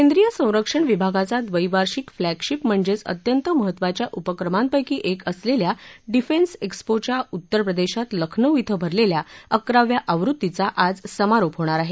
केंद्रीय संरक्षण विभागाचा द्वैवार्षिक फ्लॅगशिप म्हणजेच अत्यंत महत्वाच्या उपक्रमांपैकी एक असलेल्या डिफेन्स एक्स्पोच्या उत्तर प्रदेशात लखनौ इथं भरलेल्या अकराव्या आवृत्तीचा आज समारोप होणार आहे